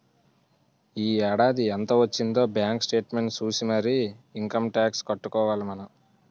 ఈ ఏడాది ఎంత వొచ్చిందే బాంకు సేట్మెంట్ సూసి మరీ ఇంకమ్ టాక్సు కట్టుకోవాలి మనం